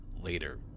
later